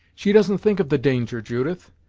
she doesn't think of the danger, judith,